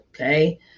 okay